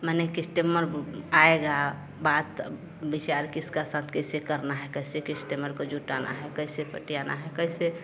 माने किस्टमर आएगा बात विचार किसके साथ कैसा करना है कैसे किस्टमर को जुटाना है कैसे पटाना है कैसे